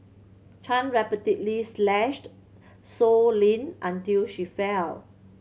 Chan repeatedly slashed Sow Lin until she fell